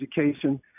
education